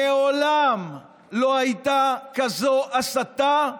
מעולם לא הייתה כזאת הסתה,